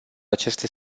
aceste